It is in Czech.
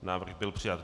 Návrh byl přijat.